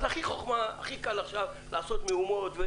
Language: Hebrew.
אז הכי קל לעשות מהומות.